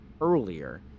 earlier